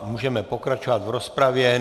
Můžeme pokračovat v rozpravě.